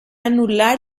anular